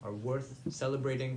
בבקשה.